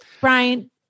Brian